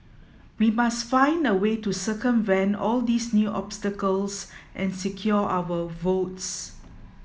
we must find a way to circumvent all these new obstacles and secure our votes